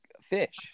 fish